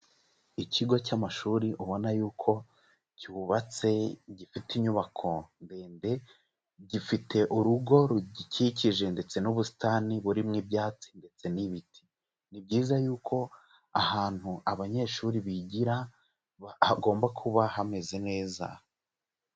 Ikigo cy'amashuri ubona yuko cyubatse gifite inyubako ndende gifite urugo rugikikije ndetse n'ubusitani burimo ibyabyatsi ndetse n'ibiti. Ni byiza yuko ahantu abanyeshuri bigira hagomba kuba hameze neza.